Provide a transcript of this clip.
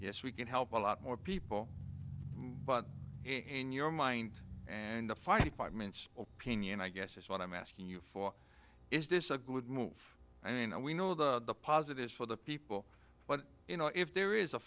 yes we can help a lot more people but in your mind and the fire departments opinion i guess what i'm asking you for is this a good move i mean we know the positives for the people but you know if there is a